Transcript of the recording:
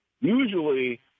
Usually